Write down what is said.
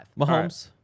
Mahomes